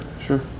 sure